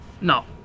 No